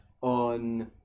on